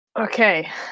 Okay